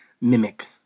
mimic